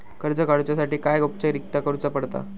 कर्ज काडुच्यासाठी काय औपचारिकता करुचा पडता?